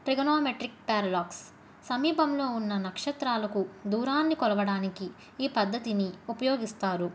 trigonometric paradox సమీపంలో ఉన్న నక్షత్రాలకు దూరాన్ని కొలవడానికి ఈ పద్ధతిని ఉపయోగిస్తారు